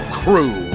crew